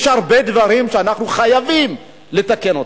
יש הרבה דברים שאנחנו חייבים לתקן.